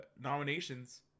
nominations